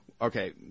Okay